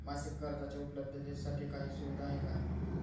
मासिक कर्जाच्या उपलब्धतेसाठी काही सुविधा आहे का?